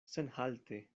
senhalte